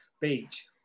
beach